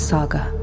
Saga